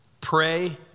pray